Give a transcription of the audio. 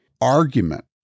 argument